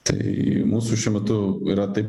tai mūsų šiuo metu yra taip